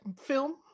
film